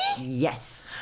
Yes